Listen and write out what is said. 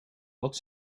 wat